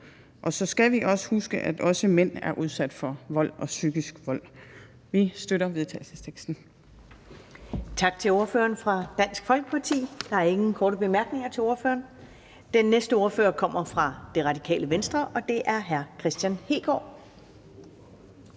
Og så skal vi huske, at også mænd er udsat for vold, også psykisk vold. Vi støtter forslaget til